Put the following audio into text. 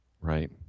Right